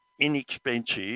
inexpensive